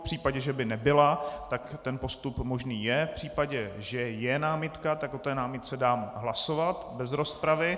V případě, že by nebyla, tak ten postup možný je, v případě, že je námitka, tak o té námitce dám hlasovat bez rozpravy.